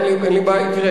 תראה,